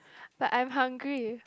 but I'm hungry